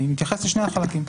אני מתייחס לשני החלקים.